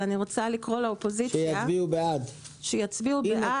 אבל אני רוצה לקרוא לאופוזיציה שיצביעו --- שיצביעו בעד.